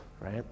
right